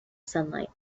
sunlight